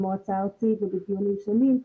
עכשיו במועצה הארצית ובדיונים שונים,